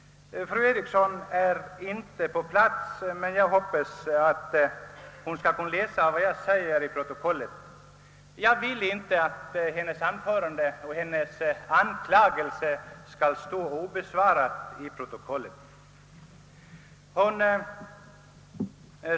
Fru Eriksson är inte närvarande i kammaren, men jag hoppas att hon ändå skall få tillfälle att ur protokollet läsa vad jag har sagt. Jag vill inte att hennes anklagelser skall stå obesvarade.